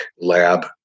lab